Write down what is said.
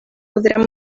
podrà